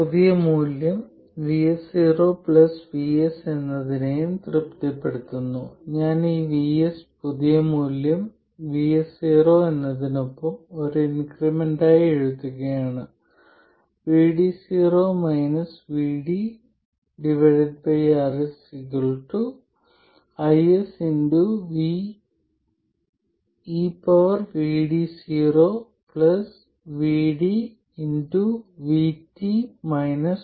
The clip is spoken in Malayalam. പുതിയ മൂല്യം VS0 vS എന്നതിനെയും തൃപ്തിപ്പെടുത്തുന്നു ഞാൻ ഈ VS പുതിയ മൂല്യം VS0 എന്നതിനൊപ്പം ഒരു ഇൻക്രിമെന്റായി എഴുതുകയാണ് R IS eVd0VdVt 1